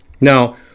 now